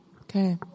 Okay